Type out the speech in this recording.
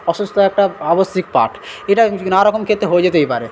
অসুস্থ একটা আবশ্যিক পার্ট এটা নানা রকম ক্ষেত্রে হয়ে যেতেই পারে